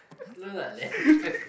slow lah lantern